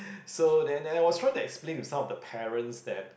so then and I was trying to explain with some of the parents that